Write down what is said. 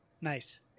Nice